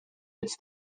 its